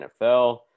NFL